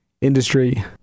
industry